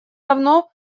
давно